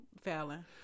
Fallon